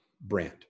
brand